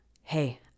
hey